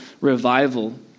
revival